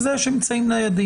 בשביל זה יש אמצעים ניידים.